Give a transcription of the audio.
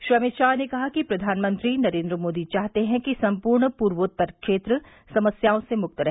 श्री अमित शाह ने कहा कि प्रधानमंत्री नरेंद्र मोदी चाहते हैं कि सम्पूर्ण पूर्वोत्तर क्षेत्र समस्याओं से मुक्त रहे